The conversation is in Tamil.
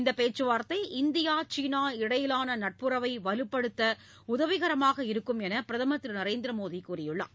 இந்த பேச்சுவார்த்தை இந்தியா சீனா இடையிலா நட்புறவை வலுப்படுத்த உதவிகரமாக இருக்கும் என்று பிரதமர் நரேந்திர மோடி கூறியுள்ளார்